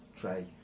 tray